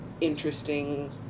interesting